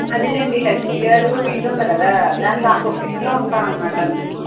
అదేనండి లక్ష్మిగారి ఇల్లు ఉంది కదా దానికి ఆపోసిట్లో ఉంటామన్నమాట మేము